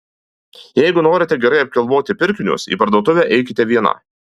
jeigu norite gerai apgalvoti pirkinius į parduotuvę eikite viena